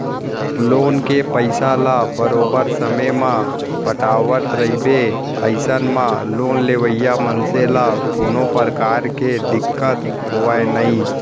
loan के पइसा ल बरोबर समे म पटावट रहिबे अइसन म लोन लेवइया मनसे ल कोनो परकार के दिक्कत होवय नइ